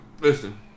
listen